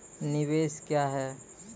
निवेश क्या है?